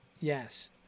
Yes